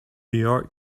york